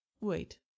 wait